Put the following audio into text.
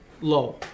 low